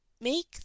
make